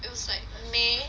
it was like may